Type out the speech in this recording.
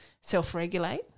self-regulate